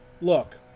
look